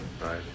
Right